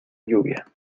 lluvia